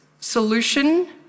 solution